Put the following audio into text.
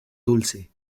dulce